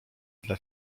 dla